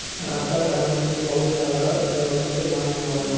गत्ता कागज़ भी बहुत जगह इस्तेमाल में आवेला